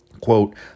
quote